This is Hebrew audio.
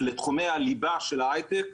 לתחומי הליבה של ההייטק,